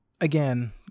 again